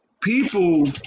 people